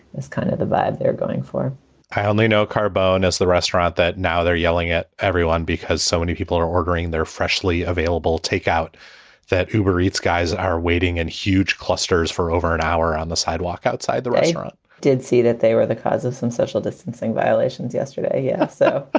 that's kind of the vibe they're going for i only know carbo knows the restaurant that now they're yelling at everyone because so many people are ordering their freshly available takeout that whoever eats guys are waiting in huge clusters for over an hour on the sidewalk outside the restaurant did see that they were the cause of some social distancing violations yesterday. yeah so ah